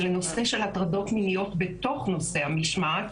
ולנושא של הטרדות מיניות בתוך נושא המשמעת,